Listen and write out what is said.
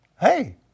hey